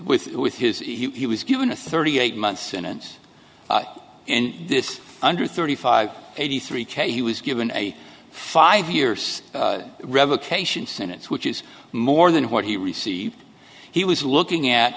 with with his he was given a thirty eight months in ins and this under thirty five eighty three k he was given a five years revocation sentence which is more than what he received he was looking at